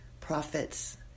prophets